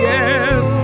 Yes